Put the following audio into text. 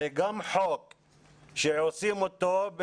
הרי גם חוק שעושים אותו,